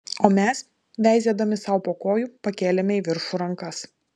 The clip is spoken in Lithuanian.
o mes veizėdami sau po kojų pakėlėme į viršų rankas